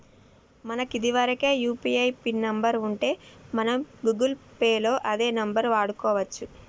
మనకు ఇదివరకే UPI pin number ఉంటే మనం గూగుల్ పే లో అదే నెంబర్ వాడుకోవచ్చు